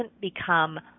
become